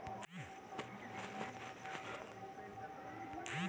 कृपया बताई कि चालू खाता खातिर कम से कम केतना बैलैंस चाहत बा